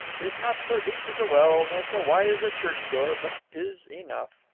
tis not so deep as a well, nor so wide as a church door, but tis enough,